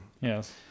Yes